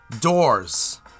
doors